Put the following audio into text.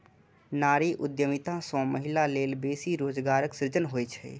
नारी उद्यमिता सं महिला लेल बेसी रोजगारक सृजन होइ छै